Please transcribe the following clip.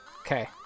Okay